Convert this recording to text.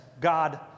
God